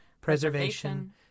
preservation